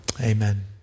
Amen